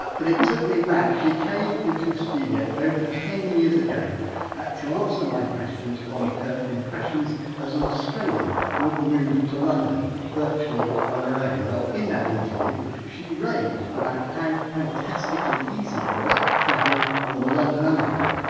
ah but it took me back she came into a studio over ten years ago to answer my questions on her impressions as an australian who had moved to london, virtually on her own well in that interview she raved about how fantastically easy it was travelling on the london underground.